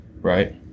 right